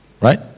right